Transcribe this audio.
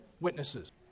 witnesses